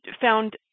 found